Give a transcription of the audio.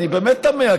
אני באמת תמה,